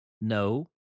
No